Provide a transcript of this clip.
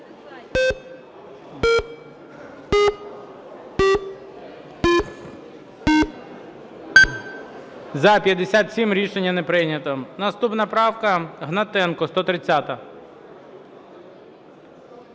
За-57 Рішення не прийнято. Наступна правка, Гнатенко, 130-а.